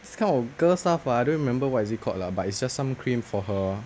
this kind of girl stuff uh I don't remember what is it called lah but it's just some cream for her